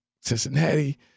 Cincinnati